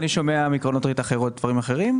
אני שומע מקרנות ריט אחרות דברים אחרים.